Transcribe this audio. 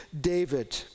David